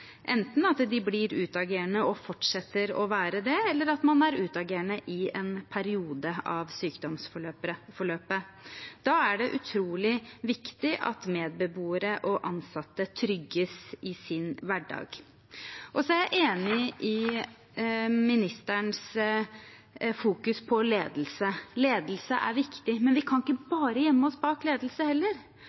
enten at de blir utagerende og fortsetter å være det, eller at man er utagerende i en periode av sykdomsforløpet. Da er det utrolig viktig at medbeboere og ansatte trygges i sin hverdag. Jeg er enig i ministerens fokusering på ledelse. Ledelse er viktig, men vi kan ikke bare gjemme oss bak ledelse heller,